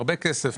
הרבה כסף,